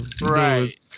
Right